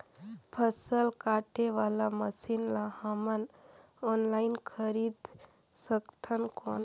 फसल काटे वाला मशीन ला हमन ऑनलाइन खरीद सकथन कौन?